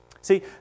See